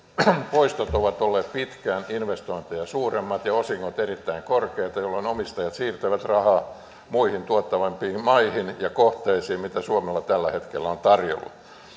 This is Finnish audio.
poistot ovat olleet pitkään investointeja suuremmat ja osingot erittäin korkeita jolloin omistajat siirtävät rahaa muihin tuottavampiin maihin ja kohteisiin kuin suomella tällä hetkellä on tarjolla